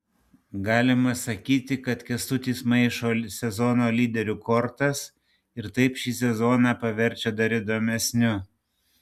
galima sakyti kad kęstutis maišo sezono lyderių kortas ir taip šį sezoną paverčia dar įdomesniu